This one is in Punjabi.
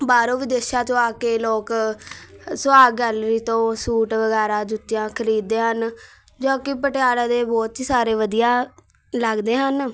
ਬਾਹਰੋਂ ਵਿਦੇਸ਼ਾਂ 'ਚੋਂ ਆ ਕੇ ਲੋਕ ਸੁਹਾਗ ਗੈਲਰੀ ਤੋਂ ਸੂਟ ਵਗੈਰਾ ਜੁੱਤੀਆਂ ਖਰੀਦਦੇ ਹਨ ਜੋ ਕਿ ਪਟਿਆਲਾ ਦੇ ਬਹੁਤ ਹੀ ਸਾਰੇ ਵਧੀਆ ਲੱਗਦੇ ਹਨ